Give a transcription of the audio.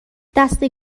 دسته